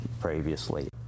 previously